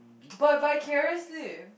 but by vicarously